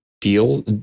deal